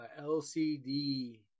LCD